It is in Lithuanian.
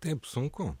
taip sunku